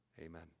Amen